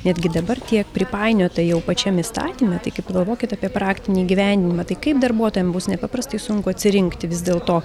netgi dabar tiek pripainiota jau pačiam įstatyme tai kaip pagalvokit apie praktinį įgyvendinimą tai kaip darbuotojam bus nepaprastai sunku atsirinkti vis dėlto